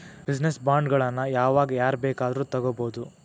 Business ಬಾಂಡ್ಗಳನ್ನ ಯಾವಾಗ್ ಯಾರ್ ಬೇಕಾದ್ರು ತಗೊಬೊದು?